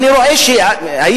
אני רואה שהישראלים,